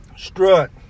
Strut